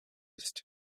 ist